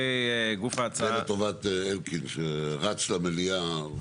זה לטובת אלקין שרץ למליאה.